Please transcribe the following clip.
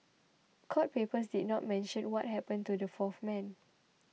court papers did not mention what happened to the fourth man